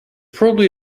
probably